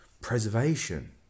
preservation